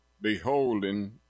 beholding